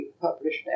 published